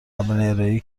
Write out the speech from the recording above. ارائهای